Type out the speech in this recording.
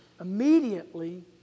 Immediately